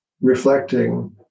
reflecting